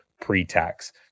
pre-tax